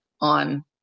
on